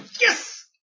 Yes